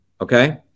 okay